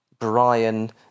Brian